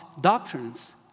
doctrines